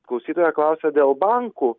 klausytoja klausia dėl bankų